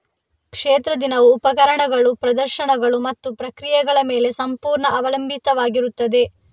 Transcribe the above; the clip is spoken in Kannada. ಕ್ಷೇತ್ರ ದಿನವು ಉಪಕರಣಗಳು, ಪ್ರದರ್ಶನಗಳು ಮತ್ತು ಪ್ರಕ್ರಿಯೆಗಳ ಮೇಲೆ ಸಂಪೂರ್ಣ ಅವಲಂಬಿತವಾಗಿರುತ್ತದೆ